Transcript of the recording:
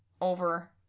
over